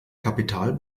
kapital